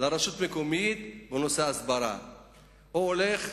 לרשות המקומית ולנושא ההסברה, או הולך,